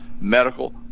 medical